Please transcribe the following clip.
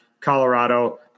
Colorado